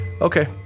Okay